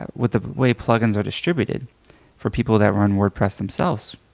ah with the way plug-ins are distributed for people that run wordpress themselves,